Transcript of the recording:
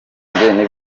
n’ubwitange